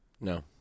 No